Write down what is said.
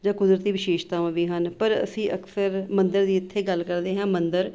ਜਾਂ ਕੁਦਰਤੀ ਵਿਸ਼ੇਸ਼ਤਾਵਾਂ ਵੀ ਹਨ ਪਰ ਅਸੀਂ ਅਕਸਰ ਮੰਦਰ ਦੀ ਇੱਥੇ ਗੱਲ ਕਰਦੇ ਹਾਂ ਮੰਦਰ